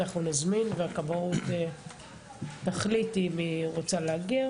אנחנו נזמין והכבאות תחליט אם היא רוצה להגיע.